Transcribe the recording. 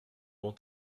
mon